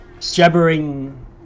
jabbering